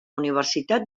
universitat